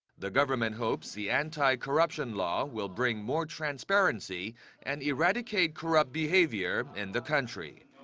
the government hopes the anti-corruption law will bring more transparency and eradicate corrupt behavior in the country.